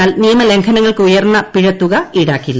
എന്നാൽ നിയമ ലംഘനങ്ങൾക്ക് ഉയർന്ന പിഴത്തുക ഈടാക്കില്ല